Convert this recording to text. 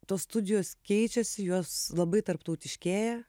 tos studijos keičiasi jos labai tarptautiškėja